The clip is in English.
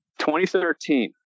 2013